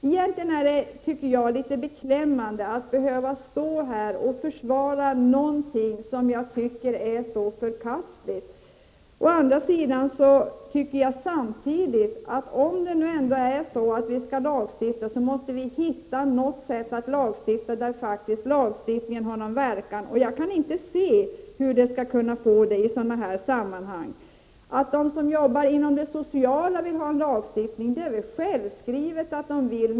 Egentligen är det beklämmande att behöva stå här och försvara någonting som jag tycker är så förkastligt. Men om vi nu skall lagstifta på detta område måste vi utforma lagen så att den har någon verkan. Jag kan inte se hur det skall vara möjligt i ett fall som detta. Självfallet vill de som arbetar på det sociala fältet få till stånd en lag som kriminaliserar prostitutionskontakter.